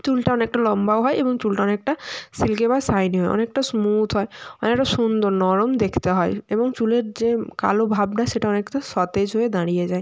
চুলটা অনেকটা লম্বাও হয় এবং চুলটা অনেকটা সিল্কি বা সাইনি হয় অনেকটা স্মুথ হয় অনেকটা সুন্দর নরম দেখতে হয় এবং চুলের যে কালো ভাবটা সেটা অনেকটা সতেজ হয়ে দাঁড়িয়ে যায়